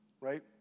right